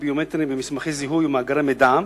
ביומטריים במסמכי זיהוי ביומטריים ומאגר מידע,